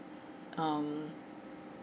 um